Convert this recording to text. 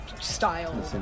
style